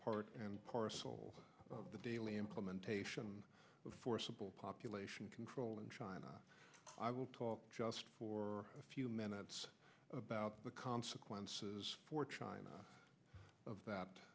part and parcel of the daily implementation of forcible population control in china i will talk just for a few minutes about the consequences for china of that